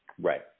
Right